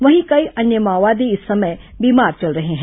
वहीं कई अन्य माओवादी इस समय बीमार चल रहे हैं